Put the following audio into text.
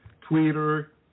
Twitter